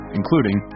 including